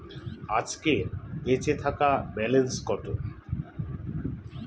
আজকের বেচে থাকা ব্যালেন্স কত?